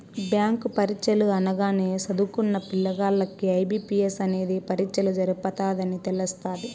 bank పరీచ్చలు అనగానే సదుంకున్న పిల్లగాల్లకి ఐ.బి.పి.ఎస్ అనేది పరీచ్చలు జరపతదని తెలస్తాది